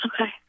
okay